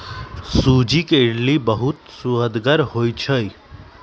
सूज्ज़ी के इडली बहुत सुअदगर होइ छइ